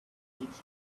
speech